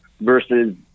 versus